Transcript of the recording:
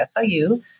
SIU